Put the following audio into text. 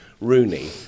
Rooney